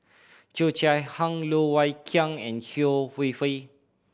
Cheo Chai Hiang Loh Wai Kiew and Yeo Wei Wei